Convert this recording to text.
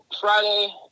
Friday